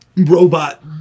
robot